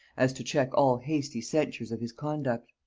as to check all hasty censures of his conduct.